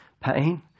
pain